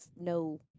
no